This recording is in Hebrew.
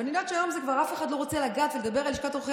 אני יודעת שהיום אף אחד כבר לא רוצה לגעת ולדבר על לשכת עורכי